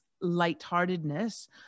lightheartedness